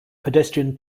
pedestrian